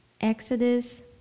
Exodus